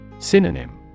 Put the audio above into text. Synonym